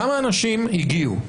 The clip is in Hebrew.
כמה אנשים הגיעו.